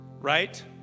right